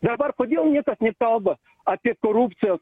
dabar kodėl niekas nekalba apie korupciją